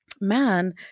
man